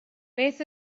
beth